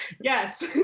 Yes